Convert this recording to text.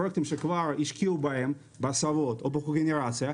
פרויקטים שכבר השקיעו בהם בהסבות או בקוגנרציה,